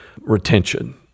retention